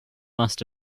must